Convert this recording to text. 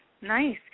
nice